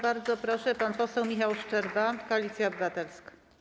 Bardzo proszę, pan poseł Michał Szczerba, Koalicja Obywatelska.